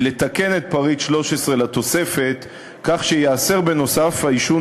היא לתקן את פריט 13 לתוספת כך שייאסר בנוסף העישון